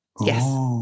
yes